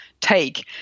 take